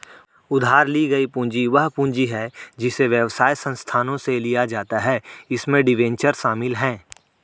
उधार ली गई पूंजी वह पूंजी है जिसे व्यवसाय संस्थानों से लिया जाता है इसमें डिबेंचर शामिल हैं